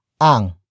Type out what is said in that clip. ang